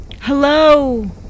Hello